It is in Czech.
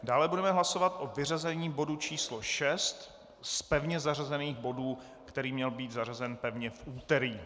Dále budeme hlasovat o vyřazení bodu číslo 6 z pevně zařazených bodů, který měl být zařazen pevně v úterý.